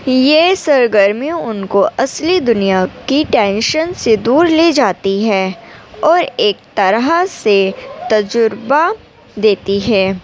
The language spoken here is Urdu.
یہ سرگرمی ان کو اصلی دنیا کی ٹینشن سے دور لے جاتی ہے اور ایک طرح سے تجربہ دیتی ہے